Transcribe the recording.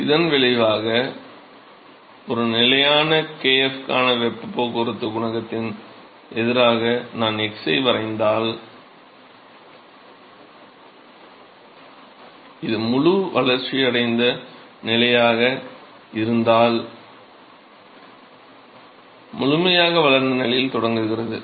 இதன் விளைவாக ஒரு நிலையான kf க்கான வெப்பப் போக்குவரத்துக் குணகத்திற்கு எதிராக நான் x ஐ வரைந்தால் இது முழு வளர்ச்சியடைந்த நிலையாக இருந்தால் முழுமையாக வளர்ந்த நிலையில் தொடங்குகிறது